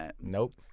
nope